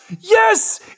yes